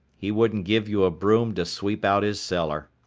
he wouldn't give you a broom to sweep out his cellar.